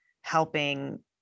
helping